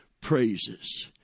praises